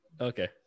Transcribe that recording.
okay